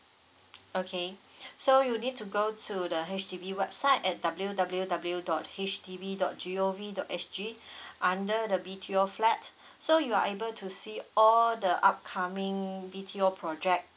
okay so you need to go to the H_D_B website at W W W dot H D B dot G O V dot S G under the B_T_O flat so you are able to see all the upcoming B_T_O project